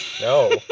No